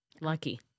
Lucky